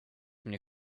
mnie